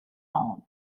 own